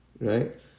right